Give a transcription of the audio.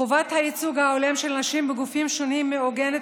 חובת הייצוג ההולם של נשים בגופים שונים מעוגנת